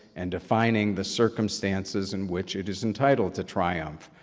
and defining the circumstances in which it is entitled to triumph,